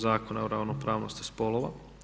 Zakona o ravnopravnosti spolova.